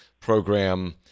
program